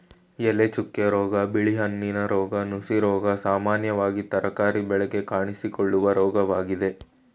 ಎಲೆಚುಕ್ಕೆ ರೋಗ, ಬಿಳಿ ಹೆಣ್ಣಿನ ರೋಗ, ನುಸಿರೋಗ ಸಾಮಾನ್ಯವಾಗಿ ತರಕಾರಿ ಬೆಳೆಗೆ ಕಾಣಿಸಿಕೊಳ್ಳುವ ರೋಗವಾಗಿದೆ